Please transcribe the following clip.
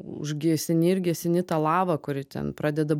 užgesini ir gesini tą lavą kuri ten pradeda